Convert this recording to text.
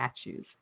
statues